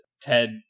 Ted